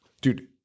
Dude